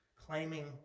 claiming